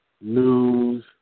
news